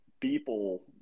people